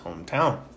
hometown